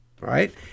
right